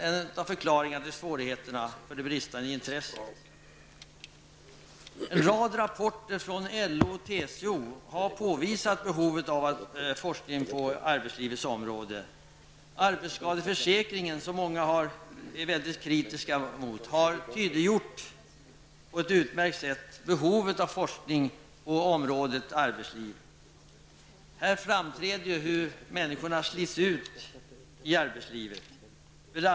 En rad rapporter från LO och TCO har påvisat behovet av forskning på arbetslivets område. Arbetsskadeförsäkringen, som många är väldigt kritiska mot, har på ett utmärkt sätt tydliggjort behovet av forskning på arbetslivets område. Här framträder ju hur människorna slits ut i arbetslivet.